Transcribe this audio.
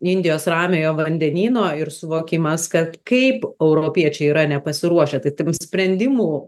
indijos ramiojo vandenyno ir suvokimas kad kaip europiečiai yra nepasiruošę tai tim sprendimų